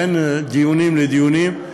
בין דיונים לדיונים,